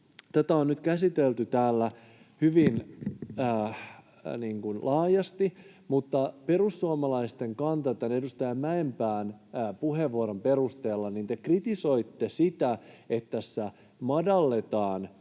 tätä on nyt käsitelty täällä hyvin laajasti, mutta perussuomalaisten kanta tämän edustaja Mäenpään puheenvuoron perusteella on se, että te kritisoitte sitä, että tässä madalletaan